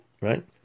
Right